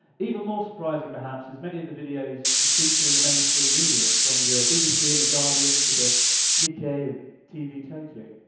even more surprising perhaps is many of the videos are featured in the mainstream media, from the bbc and the guardian to the nikkey and tv tokyo.